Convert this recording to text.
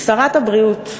שרת הבריאות,